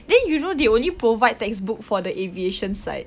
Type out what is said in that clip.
then you know they only provide textbook for the aviation side